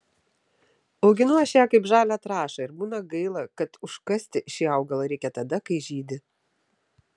auginu aš ją kaip žalią trąšą ir būna gaila kad užkasti šį augalą reikia tada kai žydi